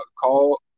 call